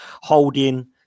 Holding